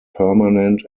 permanent